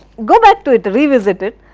go back to it, revisit it.